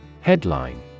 Headline